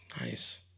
Nice